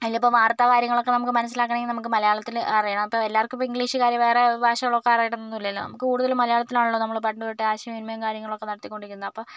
അതിലിപ്പോൾ വാർത്ത കാര്യങ്ങളൊക്കെ നമുക്ക് മനസ്സിലാക്കുകയാണെങ്കിൽ നമുക്ക് മലയാളത്തിൽ അറിയണം അപ്പോൾ എല്ലാവർക്കും ഇപ്പോൾ ഇംഗ്ലീഷ് കാര്യ വേറെ ഭാഷകളൊക്കെ അറിയണമെന്നൊന്നുമില്ലല്ലോ നമുക്ക് കൂടുതലും മലയാളത്തിലാണല്ലോ നമ്മൾ പണ്ടുതൊട്ടേ ആശയവിനിമയവും കാര്യങ്ങളൊക്കെ നടത്തിക്കൊണ്ടിരിക്കുന്നത് അപ്പോൾ